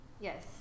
Yes